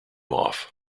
off